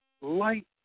light